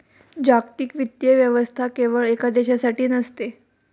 जागतिक वित्तीय व्यवस्था केवळ एका देशासाठी नसते